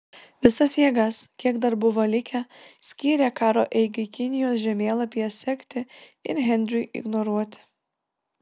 visas jėgas kiek dar buvo likę skyrė karo eigai kinijos žemėlapyje sekti ir henriui ignoruoti